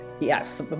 yes